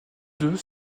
deux